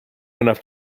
enough